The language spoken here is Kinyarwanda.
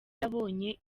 yabonye